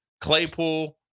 Claypool